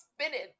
spinning